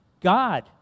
God